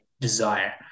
desire